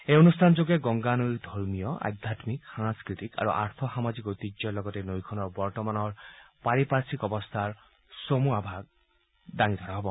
এই অনুষ্ঠানযোগে গংগা নৈৰ ধৰ্মীয় আধ্যামিক সাংস্থতিক আৰু আৰ্থ সামাজিক ঐতিহ্যৰ লগতে নৈখনৰ বৰ্তমানৰ পাৰিপাৰ্থিক অৱস্থাৰ চমু আভাস দাঙি ধৰা হব